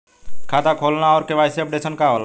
खाता खोलना और के.वाइ.सी अपडेशन का होला?